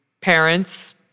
parents